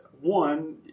one